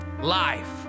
Life